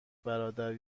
برادر